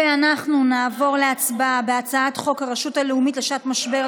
אנחנו נעבור להצבעה על הצעת חוק הרשות הלאומית לשעת משבר,